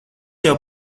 jau